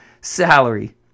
salary